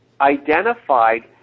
identified